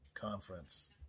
conference